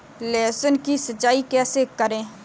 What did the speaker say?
लहसुन की सिंचाई कैसे करें?